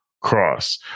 Cross